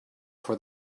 for